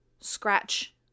scratch